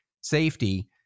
safety